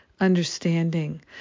understanding